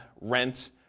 rent